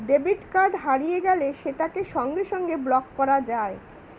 debit card হারিয়ে গেলে সেটাকে সঙ্গে সঙ্গে ব্লক করা যায়